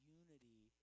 unity